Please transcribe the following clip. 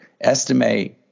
estimate